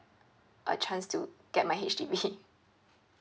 a chance to get my H_D_B